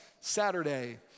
Saturday